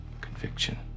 Conviction